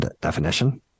definition